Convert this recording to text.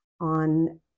On